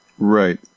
Right